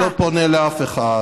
תן לי להעביר לך את תנחומינו.